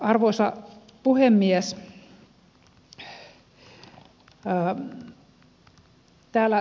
arvoisa puhemies